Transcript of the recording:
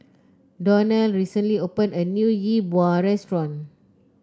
Donell recently opened a new Yi Bua Restaurant